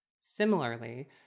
Similarly